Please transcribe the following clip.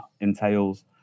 entails